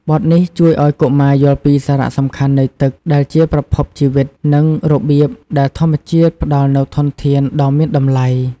បទនេះជួយឲ្យកុមារយល់ពីសារៈសំខាន់នៃទឹក ដែលជាប្រភពជីវិត និងរបៀបដែលធម្មជាតិផ្តល់នូវធនធានដ៏មានតម្លៃ។